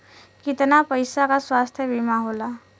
कितना पैसे का स्वास्थ्य बीमा होला?